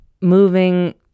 Moving